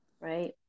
Right